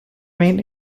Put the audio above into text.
main